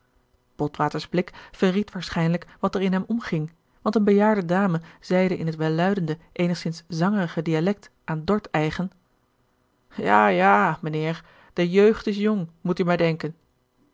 cavalier botwater's blik verried waarschijnlijk wat er in hem omging want een bejaarde dame zeide in het welluidende eenigzins zangerige dialect aan dordt eigen ja ja mijnheer de jeugd is jong moet u maar denken